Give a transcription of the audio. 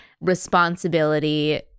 responsibility